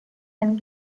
and